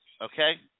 okay